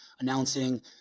announcing